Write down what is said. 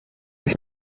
sich